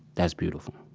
that's beautiful.